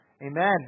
Amen